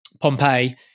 Pompeii